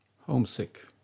Homesick